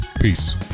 peace